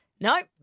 nope